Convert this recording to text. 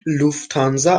لوفتانزا